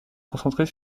concentrer